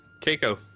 Keiko